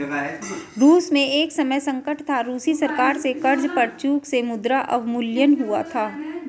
रूस में एक समय संकट था, रूसी सरकार से कर्ज पर चूक से मुद्रा अवमूल्यन हुआ था